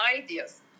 ideas